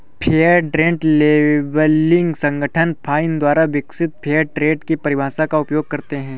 fair trade labelling संगठन FINE द्वारा विकसित फेयर ट्रेड की परिभाषा का उपयोग करते हैं